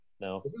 No